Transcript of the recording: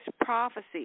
prophecy